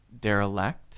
derelict